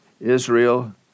Israel